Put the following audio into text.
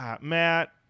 Matt